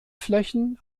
flächen